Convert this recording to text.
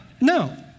No